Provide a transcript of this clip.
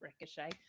ricochet